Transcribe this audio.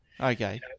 Okay